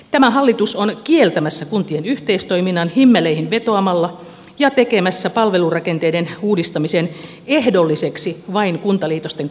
tämä hallitus on kieltämässä kuntien yhteistoiminnan himmeleihin vetoamalla ja tekemässä palvelurakenteiden uudistamisen ehdolliseksi vain kuntaliitosten kautta